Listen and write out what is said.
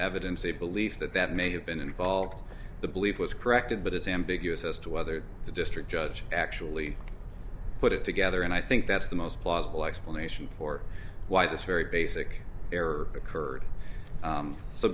evidence a belief that that may have been involved the belief was corrected but it's ambiguous as to whether the district judge actually put it together and i think that's the most plausible explanation for why this very basic error occurred